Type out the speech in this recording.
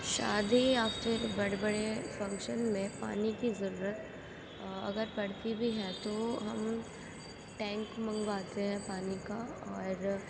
شادی یا پھر بڑے بڑے فنکشن میں پانی کی ضرورت اگر پڑتی بھی ہے تو ہم ٹینک منگواتے ہیں پانی کا اور